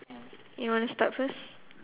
you wanna start first